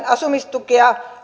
asumistukea